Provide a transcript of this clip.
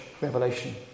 Revelation